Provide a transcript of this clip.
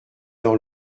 dans